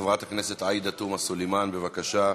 חברת הכנסת עאידה תומא סלימאן, בבקשה.